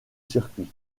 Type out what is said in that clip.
circuits